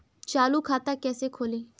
चालू खाता कैसे खोलें?